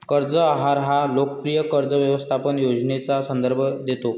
कर्ज आहार हा लोकप्रिय कर्ज व्यवस्थापन योजनेचा संदर्भ देतो